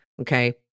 Okay